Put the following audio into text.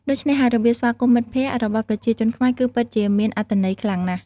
ដូច្នេះហើយ របៀបស្វាគមន៍មិត្តភក្តិរបស់ប្រជាជនខ្មែរគឺពិតជាមានអត្ថន័យខ្លាំងណាស់។